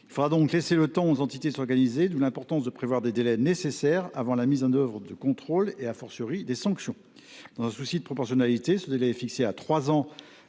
Il faudra donc laisser le temps aux entités de s’organiser. C’est pourquoi il est important de prévoir des délais nécessaires avant la mise en œuvre de contrôles, de sanctions. Dans un souci de proportionnalité, ce délai est fixé à trois ans